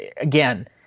Again